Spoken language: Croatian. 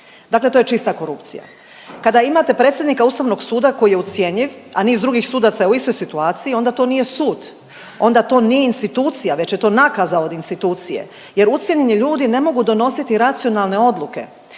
Dakle, to je čista korupcija. Kada imate predsjednika Ustavnog suda koji je ucjenjiv, a niz drugih sudaca je u istoj situaciji onda to nije sud, onda to nije institucija već je to nakaza od institucije, jer ucijenjeni ljudi ne mogu donositi racionalne odluke.